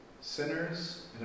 sinners